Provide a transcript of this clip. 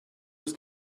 ist